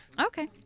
Okay